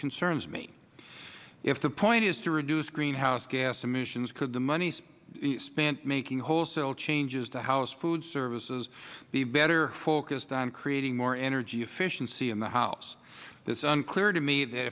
concerns me if the point is to reduce greenhouse gas emissions could the money spent making wholesale changes to house food services be better focused on creating more energy efficiency in the house it is unclear to me